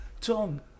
Tom